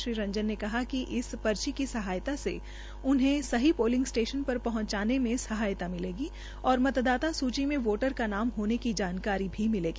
श्री रंजन ने कहा कि इस स्लि की सहायता से उन्हें सही शोलिंग स्टेशन शर शहंचने में सहायता मिलेगी और मतदाता सूची में वोटर का नाम होने की जानकारी मिलेगी